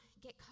get